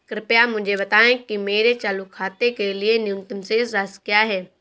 कृपया मुझे बताएं कि मेरे चालू खाते के लिए न्यूनतम शेष राशि क्या है?